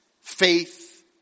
faith